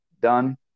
done